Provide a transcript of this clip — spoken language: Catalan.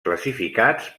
classificats